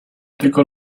tylko